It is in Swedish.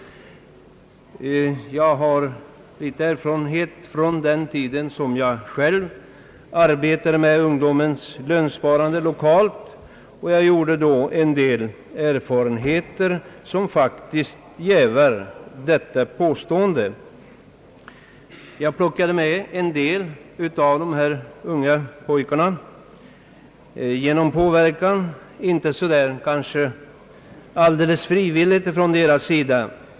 Jag har en viss erfarenhet från den tiden då jag själv lokalt arbetade med ungdomens lönsparande, och jag gjorde då en del iakttagelser som jävar detta påstående. Jag fick med en del unga pojkar i ett lönsparande, även om det inte skedde så där alldeles frivilligt från deras sida.